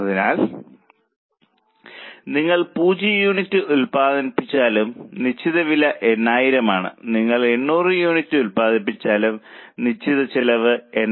അതിനാൽ നിങ്ങൾ 0 യൂണിറ്റ് ഉൽപ്പാദിപ്പിച്ചാലും നിശ്ചിത വില 80000 ആണ് നിങ്ങൾ 800 യൂണിറ്റ് ഉൽപ്പാദിപ്പിച്ചാലും ചെലവ് 80000 ആണ്